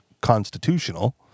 constitutional